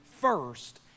first